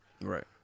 Right